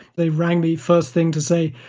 they rang the first thing to say,